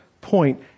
point